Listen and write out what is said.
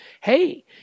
hey